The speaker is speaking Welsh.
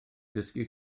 dysgu